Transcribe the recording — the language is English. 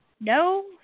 no